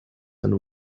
and